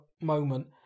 moment